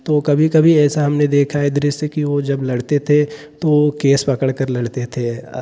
तो कभी कभी ऐसा हमने देखा है दृश्य कि वह जब लड़ते थे तो केश पकड़कर लड़ते थे